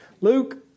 Luke